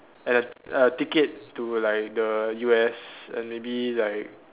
and a a ticket to like the U_S and maybe like